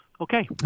Okay